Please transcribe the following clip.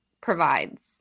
provides